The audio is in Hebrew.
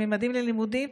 ממדים ללימודים,